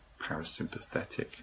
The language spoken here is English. parasympathetic